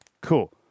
cool